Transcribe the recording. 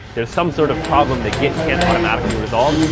there's some sort of problem that git can't automatically resolve.